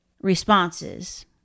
responses